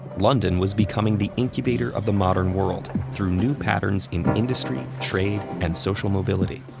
london was becoming the incubator of the modern world through new patterns in industry, trade, and social mobility.